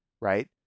right